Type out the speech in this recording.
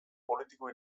politiko